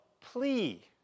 plea